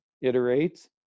iterate